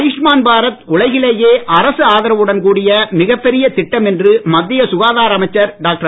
ஆயுஷ்மான் பாரத் உலகிலேயே அரசு ஆதரவுடன் கூடிய மிகப்பெரிய திட்டம் என்று மத்திய சுகாதார அமைச்சர் டாக்டர்